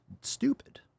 stupid